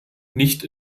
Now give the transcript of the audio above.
nicht